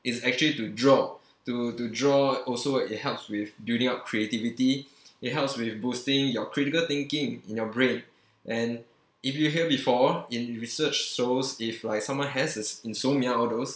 is actually to draw to to draw also it helps with building up creativity it helps with boosting your critical thinking in your brain and if you hear before in research shows if like someone has this insomnia all those